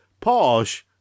Porsche